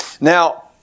Now